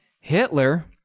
hitler